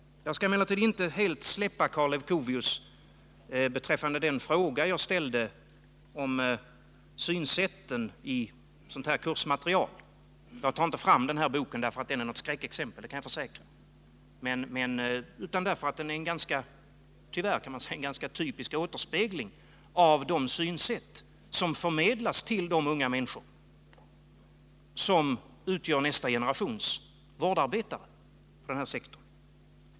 Jag skall emellertid inte helt släppa Karl Leuchovius beträffande den fråga jag ställde om synsätten i sådant här kursmaterial. Jag kan försäkra att jag inte tar fram denna bok därför att den är något skräckexempel, utan därför att den tyvärr är en ganska typisk återspegling av de synsätt som förmedlats till de unga människor som utgör nästa generations vårdarbetare för den här sektorn.